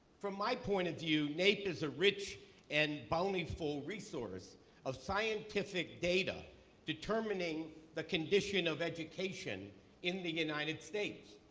from my point of view, naep is a rich and bountiful resource of scientific data determining the condition of education in the united states.